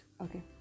okay